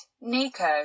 Nico